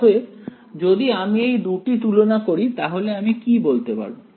অতএব যদি আমি এই দুটি তুলনা করি তাহলে আমি কি বলতে পারব